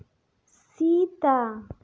ᱥᱮᱛᱟ